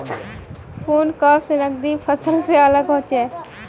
food crops नगदी फसल से अलग होचे